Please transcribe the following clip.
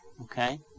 Okay